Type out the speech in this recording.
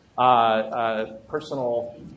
Personal